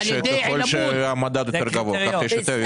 ככל שהמדד יותר גבוה, ככה יש יותר פסולת.